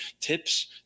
tips